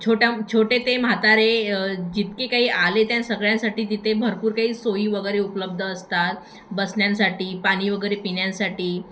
छोट्या छोटे ते म्हातारे जितके काही आले त्या सगळ्यांसाठी तिथे भरपूर काही सोई वगैरे उपलब्ध असतात बसण्यासाठी पाणी वगैरे पिण्यासाठी